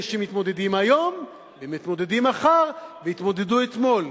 שמתמודדים היום ומתמודדים מחר והתמודדו אתמול.